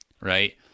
Right